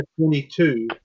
22